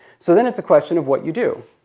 so then it's a question of what you do.